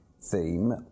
theme